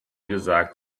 gesagt